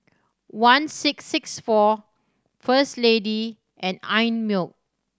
one six six four First Lady and Einmilk